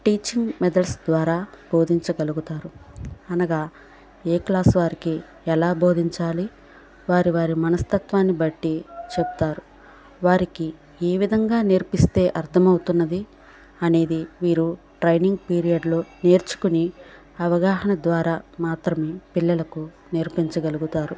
teaching methods ద్వారా బోధించగలుగుతారు అనగా ఏ క్లాస్ వారికి ఎలా బోధించాలి వారి వారి మనస్తత్వాన్ని బట్టి చెప్తారు వారికి ఏ విధంగా నేర్పిస్తే అర్థమవుతున్నది అనేది మీరు ట్రైనింగ్ పీరియడ్లో నేర్చుకొని అవగాహన ద్వారా మాత్రమే పిల్లలకు నేర్పించగలుగుతారు